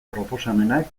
proposamenak